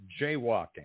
jaywalking